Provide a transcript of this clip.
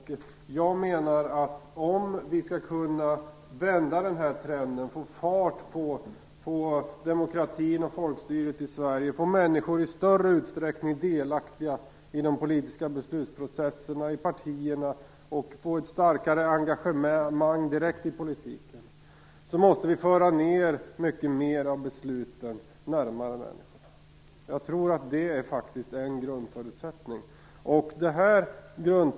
Jag menar att om vi skall kunna vända trenden, få fart på demokratin och folkstyret i Sverige, i större utsträckning få människor delaktiga i de politiska beslutsprocesserna och i partierna och få ett starkare engagemang i politiken måste vi föra ned mycket mer av besluten närmare människorna. Jag tror faktiskt att det är en grundförutsättning.